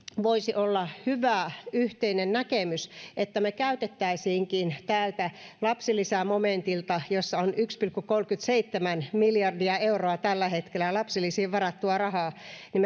voisi olla hyvä yhteinen näkemys että me käyttäisimmekin täältä lapsilisämomentilta jossa on tällä hetkellä yksi pilkku kolmekymmentäseitsemän miljardia euroa lapsilisiin varattua rahaa tätä niin